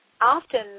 often